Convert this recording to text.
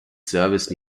service